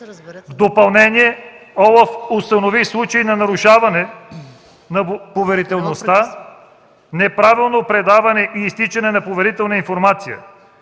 В допълнение, ОЛАФ установи случай на нарушаване на поверителността – неправилно предаване, и изтичане на поверителна информация.